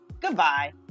Goodbye